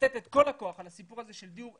ולתת את כל הכוח בסיפור הזה של דיור.